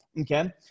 okay